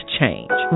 change